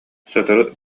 сотору